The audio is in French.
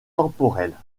temporelle